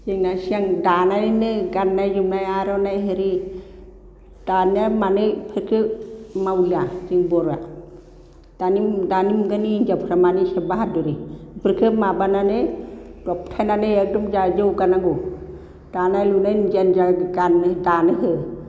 जोंना सिगां दानानैनो गाननाय जोमनाय आरनाइ आरि दानिया मानो बेफोरखौ मावलिया जों बर'आ दानि दानि मुगानि हिन्जावफ्रा मानो एसे बाहादुरि बेफोरखौ माबानानै दबथायनानै एकदम जोंहा जौगानांगौ दानाय लुनाय निजा निजा गाननो दानो हो